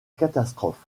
catastrophe